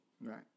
Right